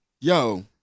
Yo